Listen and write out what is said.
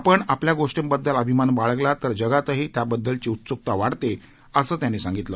आपण आपल्या गोष्टींबद्दल अभिमान बाळगला तर जगातही त्याबद्दलची उत्सुकता वाढते असं त्यांनी सांगितलं